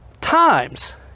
times